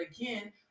again